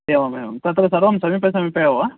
एवमेवं तत्र सर्वं समीपे समीपे एव